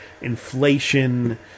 inflation